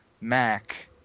Mac